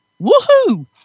woohoo